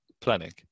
planning